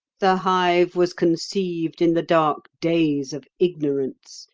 the hive was conceived in the dark days of ignorance,